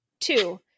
two